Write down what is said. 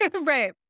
Right